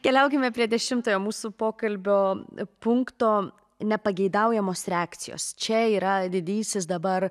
keliaukime prie dešimtojo mūsų pokalbio punkto nepageidaujamos reakcijos čia yra didysis dabar